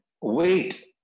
wait